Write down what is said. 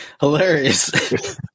hilarious